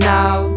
now